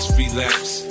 relapse